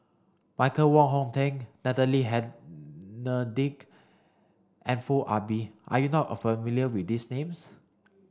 Michael Wong Hong Teng Natalie Hennedige and Foo Ah Bee are you not familiar with these names